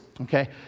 okay